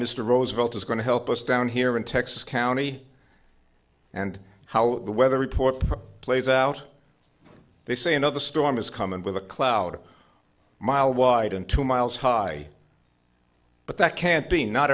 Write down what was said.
mr roosevelt is going to help us down here in texas county and how the weather report plays out they say another storm is coming with a cloud a mile wide and two miles high but that can't be not